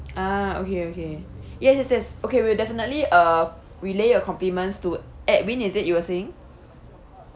ah okay okay yes yes yes okay we'll definitely err relay your compliments to edwin is it you were saying